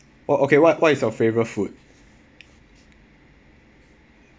oh okay what what is your favourite food